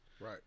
Right